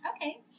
Okay